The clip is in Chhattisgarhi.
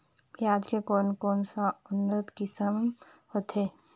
पियाज के कोन कोन सा उन्नत किसम होथे?